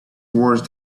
worse